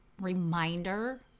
reminder